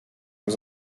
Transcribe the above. was